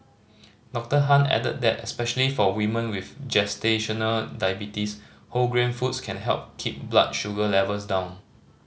Doctor Han added that especially for women with gestational diabetes whole grain foods can help keep blood sugar levels down